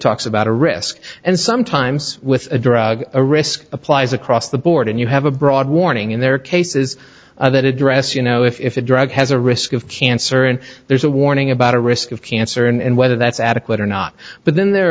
talks about a rip and sometimes with a drug a risk applies across the board and you have a broad warning in their cases that address you know if a drug has a risk of cancer and there's a warning about a risk of cancer and whether that's adequate or not but then there